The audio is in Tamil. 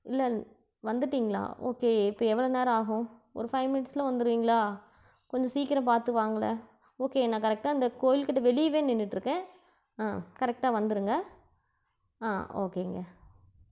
இல்லல்லை வந்துவிட்டீங்களா ஓகே இப்போ எவ்வளோ நேரம் ஆகும் ஒரு ஃபைவ் மினிட்ஸில் வந்துடுவீங்களா கொஞ்சம் சீக்கிரம் பார்த்து வாங்களேன் ஓகே நான் கரெக்டாக அந்த கோயில்கிட்ட வெளியவே நின்றுட்ருக்கேன் ஆ கரெக்டாக வந்துடுங்க ஆ ஓகேங்க